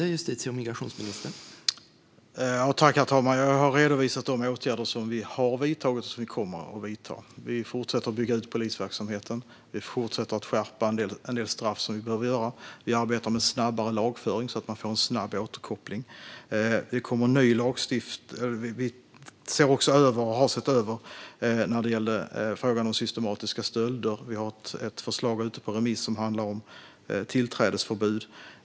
Herr talman! Jag har redovisat de åtgärder som vi har vidtagit och som vi kommer att vidta. Vi fortsätter att bygga ut polisverksamheten. Vi fortsätter att skärpa en del straff som vi behöver skärpa. Vi arbetar med snabbare lagföring så att man får en snabb återkoppling. Vi ser också över lagstiftningen när det gäller systematiska stölder. Vi har ett förslag ute på remiss som handlar om tillträdesförbud.